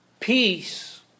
Peace